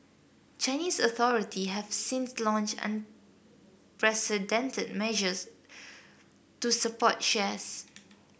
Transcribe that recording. Chinese authority have since launched unprecedented measures to support shares